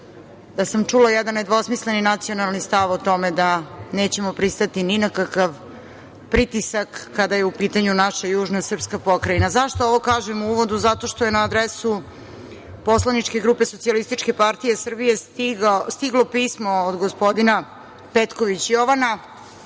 da sam čula jedan nedvosmisleni nacionalni stav o tome da nećemo pristati ni na kakav pritisak kada je u pitanju naša južna srpska pokrajina.Zašto ovo kažem u uvodu? Zato što je na adresu poslaničke grupe SPS stiglo pismo od gospodina Petković Jovana